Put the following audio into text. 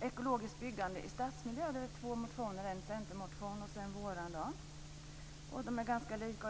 ekologiskt byggande i stadsmiljö har det väckts två motioner, en från Centern och en från vårt parti. De är ganska likartade.